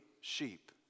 sheep